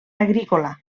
agrícola